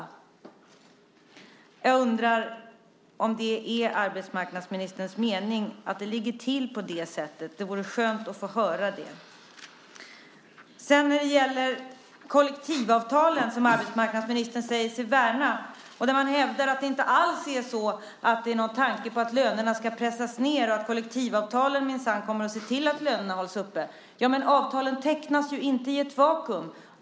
Jag undrar om det är arbetsmarknadsministerns mening att det ligger till på det sättet. Det vore bra att få höra det. När det sedan gäller kollektivavtalen, som arbetsmarknadsministern säger sig värna, hävdar han att det inte alls finns någon tanke på att lönerna ska pressas ned och att kollektivavtalen minsann kommer att se till att lönerna hålls uppe. Ja, men avtalen tecknas ju inte i ett vakuum.